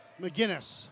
McGinnis